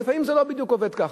ולפעמים זה לא בדיוק עובד ככה.